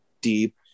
deep